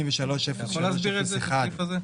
אתה יכול להסביר את הסעיף הזה?